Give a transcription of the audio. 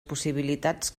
possibilitats